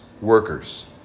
workers